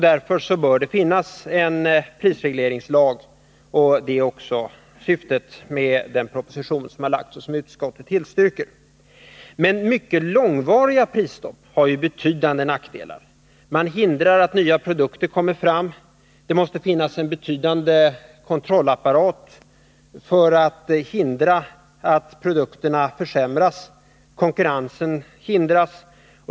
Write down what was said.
Därför bör det finnas en prisregleringslag, och det är också syftet med den proposition som lagts fram och som utskottet tillstyrker. Men mycket långvariga prisstopp har ju betydande nackdelar. De hindrar nya produkter att komma fram. Det måste finnas en betydande kontrollapparat för att hindra att produkterna försämras. Konkurrensen hindras.